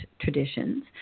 traditions